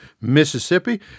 Mississippi